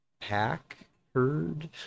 pack-herd